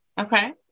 Okay